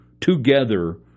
together